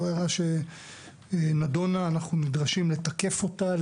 זו הערה שנדונה ואנחנו נדרשים לתקף אותה,